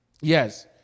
Yes